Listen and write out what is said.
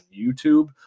YouTube